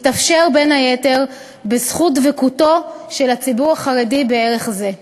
התאפשר בין היתר בזכות דבקותו של הציבור החרדי בערך זה.